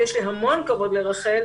ויש לי המון כבוד לרח"ל,